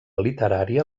literària